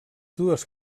dues